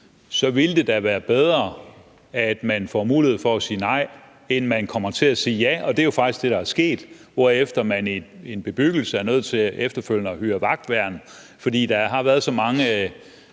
så ville det da være bedre, at man fik mulighed for at sige nej, end at man kommer til at sige ja. Og det er jo faktisk det, der er sket, hvorefter man i en bebyggelse er nødt til efterfølgende at hyre vagtværn, fordi der har været så mange